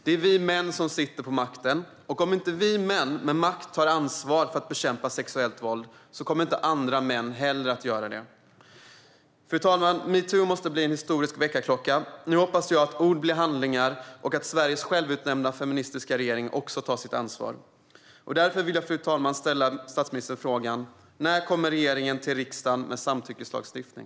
Det är vi män som sitter på makten, och om inte vi män med makt tar ansvar för att bekämpa sexuellt våld kommer inte heller andra män att göra det. Fru talman! Metoo måste bli en historisk väckarklocka. Nu hoppas jag att ord blir till handlingar och att Sveriges självutnämnda feministiska regering också tar sitt ansvar. Jag vill därför fråga statsministern: När kommer regeringen till riksdagen med en samtyckeslagstiftning?